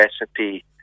recipe